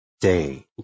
day